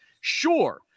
Sure